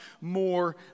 more